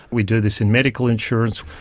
we do this in medical insurance.